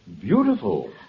Beautiful